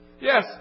Yes